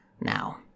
Now